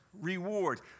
reward